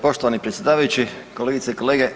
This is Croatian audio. Poštovani predsjedavajući, kolegice i kolegice.